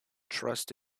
trust